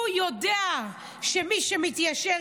הוא יודע שמי שמתיישר,